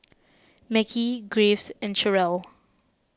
Mekhi Graves and Cherrelle